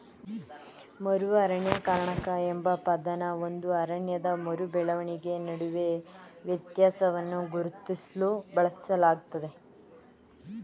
ಮರು ಅರಣ್ಯೀಕರಣ ಎಂಬ ಪದನ ಒಂದು ಅರಣ್ಯದ ಮರು ಬೆಳವಣಿಗೆ ನಡುವೆ ವ್ಯತ್ಯಾಸವನ್ನ ಗುರುತಿಸ್ಲು ಬಳಸಲಾಗ್ತದೆ